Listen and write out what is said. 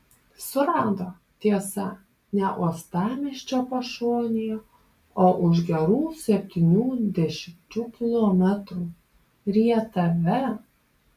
surado tiesa ne uostamiesčio pašonėje o už gerų septynių dešimčių kilometrų rietave